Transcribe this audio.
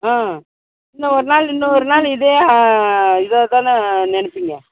ஆ இந்த ஒரு நாள் இந்த ஒருநாள் இதே இத தான நினப்பீங்க